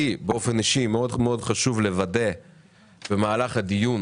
לי באופן אישי מאוד חשוב לוודא במהלך הדיון